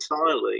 entirely